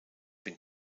been